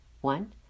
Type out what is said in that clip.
One